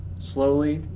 slowly,